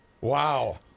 Wow